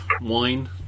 wine